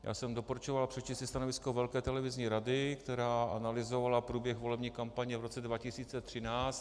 Já jsem doporučoval přečíst si stanovisko velké televizní rady, která analyzovala průběh volební kampaně v roce 2013.